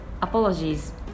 apologies